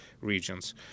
regions